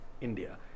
India